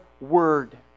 word